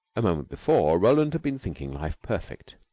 a moment before, roland had been thinking life perfect.